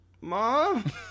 Mom